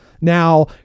Now